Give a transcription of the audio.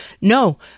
No